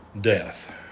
death